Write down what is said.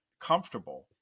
comfortable